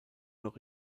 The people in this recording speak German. noch